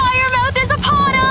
fire-mouth is upon